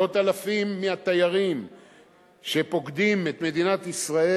מאות אלפים מהתיירים שפוקדים את מדינת ישראל